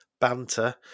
banter